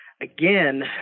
again